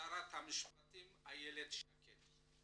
ושרת המשפטים איילת שקד,